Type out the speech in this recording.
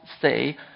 say